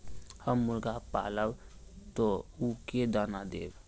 हम मुर्गा पालव तो उ के दाना देव?